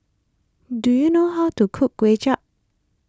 do you know how to cook Kway Chap